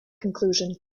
conclusion